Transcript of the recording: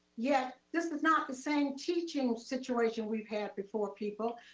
yet, this is not the same teaching situation we've had before, people.